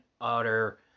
utter